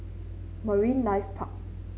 Marine Life Park